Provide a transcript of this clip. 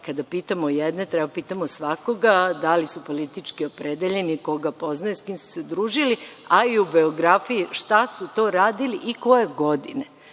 kada pitamo jedne, treba da pitamo svakoga da li su politički opredeljeni, koga poznaju, sa kim su se družili, a i u biografiji šta su to radili i koje godine. Znači,